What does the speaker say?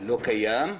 לא קיים,